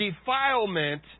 defilement